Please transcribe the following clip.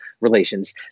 relations